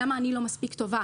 למה אני לא מספיק טובה?